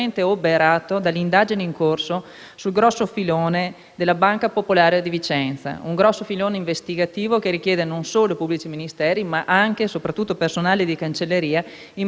in corso sulla Banca popolare di Vicenza: un grosso filone investigativo che richiede non solo pubblici ministeri, ma anche e soprattutto personale di cancelleria, in modo da poter svolgere questi processi.